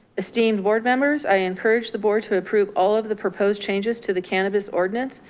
esteemed board members, i encourage the board to approve all of the proposed changes to the cannabis ordinance.